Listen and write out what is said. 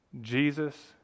Jesus